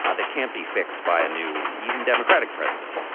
ah that can't be fixed by a new even democratic president.